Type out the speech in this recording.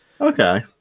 okay